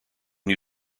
new